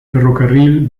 ferrocarril